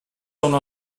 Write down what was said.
uno